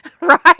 right